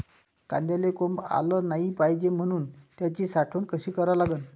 कांद्याले कोंब आलं नाई पायजे म्हनून त्याची साठवन कशी करा लागन?